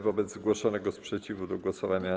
Wobec zgłoszonego sprzeciwu do głosowania.